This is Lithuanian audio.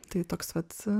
tai toks vat